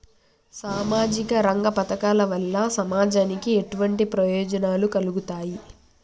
సామాజిక రంగ పథకాల వల్ల సమాజానికి ఎటువంటి ప్రయోజనాలు కలుగుతాయి?